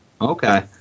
Okay